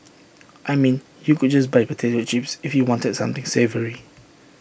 I mean you could just buy potato chips if you wanted something savoury